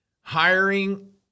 Hiring